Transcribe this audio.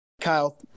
Kyle